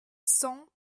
cent